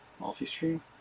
multi-stream